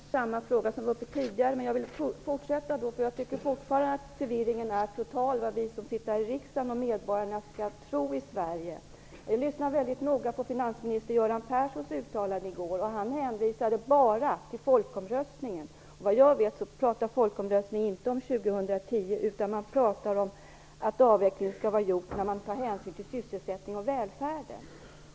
Herr talman! Jag hade samma fråga som ställdes tidigare, men jag vill ändå fortsätta debatten, därför att jag tycker att förvirringen fortfarande är total bland oss som sitter här i riksdagen och medborgarna i Sverige. Jag lyssnade noga på finansminister Göran Perssons uttalande i går, och han hänvisade bara till folkomröstningen. Såvitt jag vet talades det inte om 2010 i folkomröstningen, utan om att avvecklingen skall vara gjord när man har tagit hänsyn till sysselsättning och välfärd.